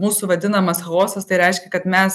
mūsų vadinamas chaosas tai reiškia kad mes